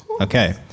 Okay